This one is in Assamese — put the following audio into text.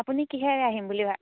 আপুনি কিহেৰে আহিম বুলি